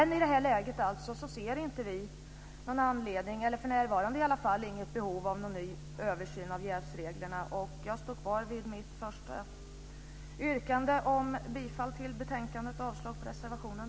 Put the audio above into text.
I det här läget ser inte vi för närvarande något behov av någon ny översyn av jävsreglerna. Jag står kvar vid mitt första yrkande om bifall till utskottets förslag i betänkandet och avslag på reservationen.